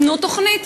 תנו תוכנית,